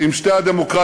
עם שתי הדמוקרטיות